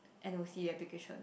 N_O_C application